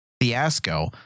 fiasco